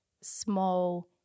small